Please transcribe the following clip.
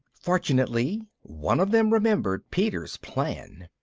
fortunately, one of them remembered peter's plan.